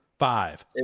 Five